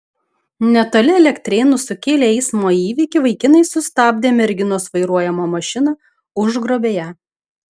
netoli elektrėnų sukėlę eismo įvykį vaikinai sustabdė merginos vairuojamą mašiną užgrobė ją